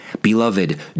Beloved